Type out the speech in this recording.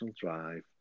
drive